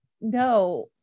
no